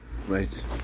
Right